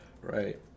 right